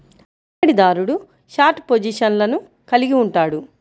పెట్టుబడిదారుడు షార్ట్ పొజిషన్లను కలిగి ఉంటాడు